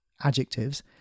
adjectives